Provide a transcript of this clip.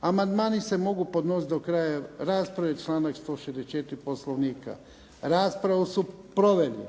Amandmani se mogu podnositi do kraja rasprave, članak 164. Poslovnika. Raspravu su proveli